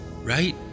right